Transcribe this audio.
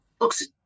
looks